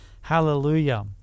Hallelujah